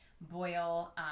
boil